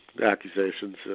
accusations